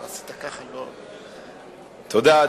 תודה,